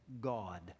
God